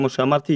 כמו שאמרתי,